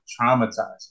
traumatizing